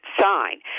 sign